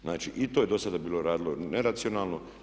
Znači i to je dosada bilo radilo neracionalno.